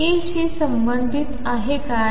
K शी संबंधित आहे काय